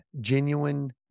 genuine